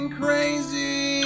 crazy